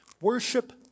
Worship